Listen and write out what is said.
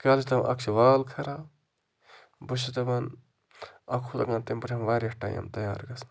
اَکھ چھِ وال خراب بہٕ چھُس دَپان اَکھ ہُہ لَگان تَمۍ پٮ۪ٹھ واریاہ ٹایِم تَیار گژھنَس